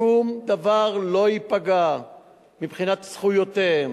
שום דבר לא ייפגע מבחינת זכויותיהם.